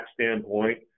standpoint